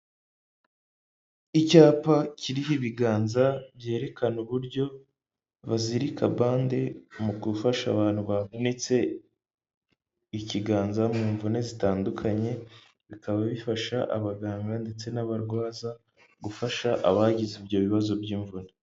Icyapa kiriho ibiganza byerekana uburyo bazirika bande, mu gufasha abantu bavunitse ikiganza mu mvune zitandukanye, bikaba bifasha abaganga ndetse n'abarwaza, gufasha abagize ibyo bibazo by'imvune.